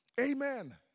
Amen